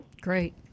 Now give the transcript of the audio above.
Great